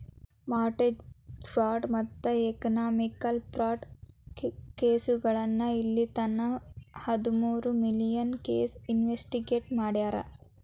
mortgage fraud ಮತ್ತ economic fraud ಕೆಸೋಳಗ ಇಲ್ಲಿತನ ಹದಮೂರು ಮಿಲಿಯನ್ ಕೇಸ್ ಇನ್ವೆಸ್ಟಿಗೇಟ್ ಮಾಡ್ಯಾರ